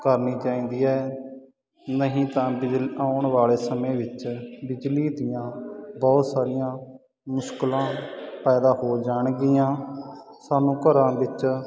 ਕਰਨੀ ਚਾਹੀਦੀ ਹੈ ਨਹੀਂ ਤਾਂ ਬਿਜ ਆਉਣ ਵਾਲੇ ਸਮੇਂ ਵਿੱਚ ਬਿਜਲੀ ਦੀਆਂ ਬਹੁਤ ਸਾਰੀਆਂ ਮੁਸ਼ਕਲਾਂ ਪੈਦਾ ਹੋ ਜਾਣਗੀਆਂ ਸਾਨੂੰ ਘਰਾਂ ਵਿੱਚ